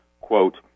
quote